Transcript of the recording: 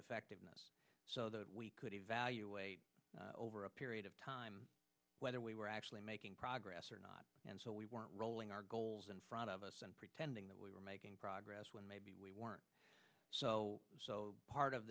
effectiveness so that we could evaluate over a period of time whether we were actually making progress or not and so we weren't rolling our goals in front of us and pretending that we were making progress when maybe we weren't so part of